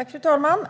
Fru talman!